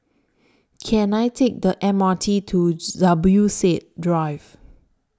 Can I Take The M R T to Zubir Said Drive